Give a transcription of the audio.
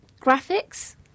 Graphics